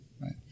right